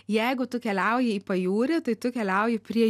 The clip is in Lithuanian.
jeigu tu keliauji į pajūrį tai tu keliauji prie